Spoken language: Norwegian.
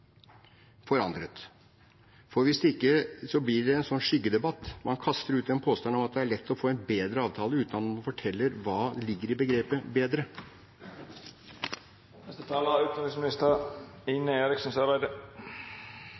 forandret. Hvis ikke blir det en skyggedebatt: Man kaster ut en påstand om at det er lett å få en bedre avtale, uten at man forteller hva som ligger i begrepet «bedre». For å svare på representanten Pollestads spørsmål først – nå ser jeg at han ikke er